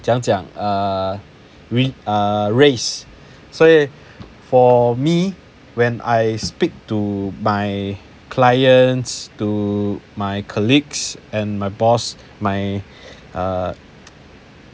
怎样讲 err re~ err race so for me when I speak to my clients to my colleagues and my boss my err